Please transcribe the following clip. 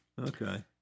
okay